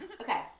Okay